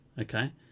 Okay